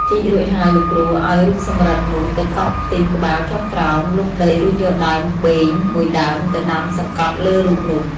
ជីករួចហើយ លោកគ្រូឲ្យរូបសំរឹទ្ធិនោះ ទៅកប់ផ្ទីងក្បាលចុះក្រោម លុបដីរួចយកដើមបេងមួយដើមទៅដាំសង្កត់លើរូបនោះ ។